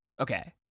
Okay